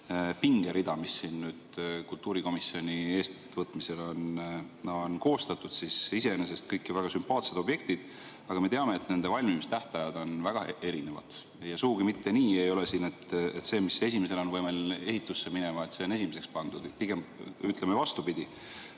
pingerida, mis siin nüüd kultuurikomisjoni eestvõtmisel on koostatud, siis iseenesest on ju kõik väga sümpaatsed objektid. Aga me teame, et nende valmimistähtajad on väga erinevad ja ei ole sugugi mitte nii, et see, mis esimesena on võimeline ehitusse minema, on esimeseks pandud. Pigem on vastupidi.